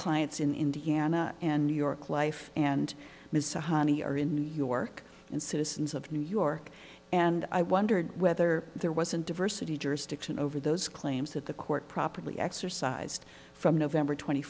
clients in indiana and new york life and mr honey are in new york and citizens of new york and i wondered whether there wasn't diversity jurisdiction over those claims that the court properly exercised from november tw